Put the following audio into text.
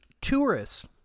tourists